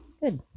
Good